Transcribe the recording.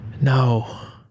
No